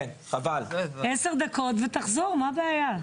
10 דקות ותחזור, מה הבעיה?